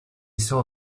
saw